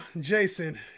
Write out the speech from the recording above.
Jason